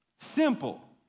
Simple